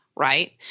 Right